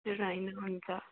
हजुर होइन हुन्छ